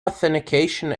authentication